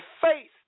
faith